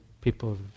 people